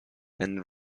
and